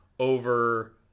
Over